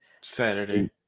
Saturday